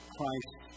Christ